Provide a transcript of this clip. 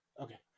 Okay